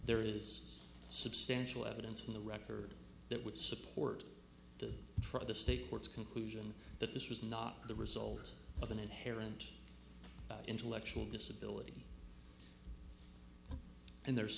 there is substantial evidence in the record that would support to try to state courts conclusion that this was not the result of an inherent intellectual disability and there's